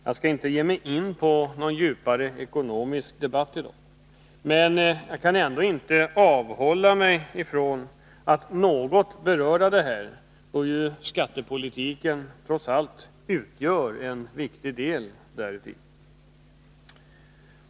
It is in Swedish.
Jag skall inte ge mig in på en mera djupgående debatt om den ekonomiska politiken men kan ändå inte avhålla mig från att något beröra denna, då ju skattepolitiken utgör en viktig del däri.